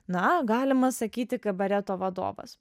na galima sakyti kabareto vadovas